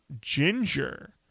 Ginger